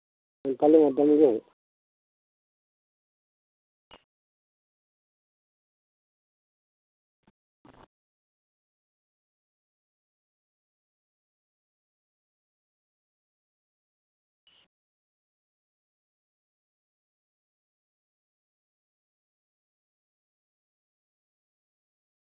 ᱥᱟᱱᱛᱟᱞᱤ ᱢᱟᱫᱽᱫᱷᱚᱢ ᱜᱮ ᱦᱩᱭᱩᱜᱼᱟ